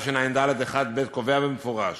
התשע"ד/1(ב) קובע במפורש